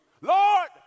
Lord